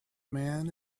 man